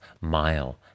mile